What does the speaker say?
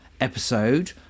episode